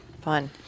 Fun